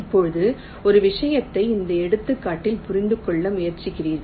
இப்போது ஒரு விஷயத்தையும் இந்த எடுத்துக்காட்டில் புரிந்து கொள்ள முயற்சிக்கிறீர்கள்